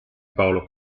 paolo